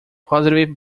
positive